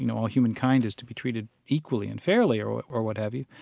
you know all humankind is to be treated equally and fairly or what or what have you,